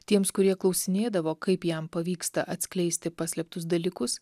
tiems kurie klausinėdavo kaip jam pavyksta atskleisti paslėptus dalykus